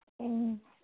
ꯎꯝ